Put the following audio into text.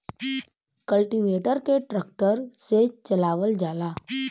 cultivator के tractor से चलावल जाला